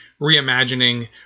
reimagining